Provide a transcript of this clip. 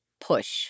push